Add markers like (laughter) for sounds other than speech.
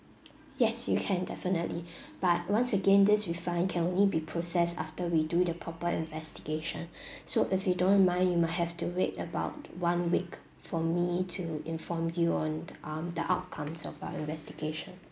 yes you can definitely (breath) but once again this refund can only be processed after we do the proper investigation (breath) so if you don't mind you might have to wait about one week for me to inform you on um the outcomes of uh investigation